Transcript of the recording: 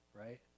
right